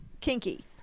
kinky